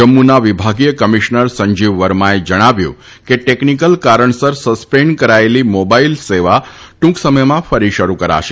જમ્મુના વિભાગીય કમીશનર સંજીવ વર્માએ જણાવ્યું છે કે ટેકનીકલ કારણસર સસ્પેન્ડ કરાયેલી મોબાઇલ સેવા ટુંક સમયમાં ફરી શરૂ કરાશે